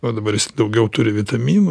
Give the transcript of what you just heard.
o dabar jis daugiau turi vitaminų